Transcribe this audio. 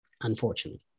unfortunately